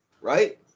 right